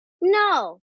No